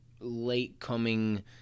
late-coming